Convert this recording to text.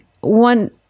one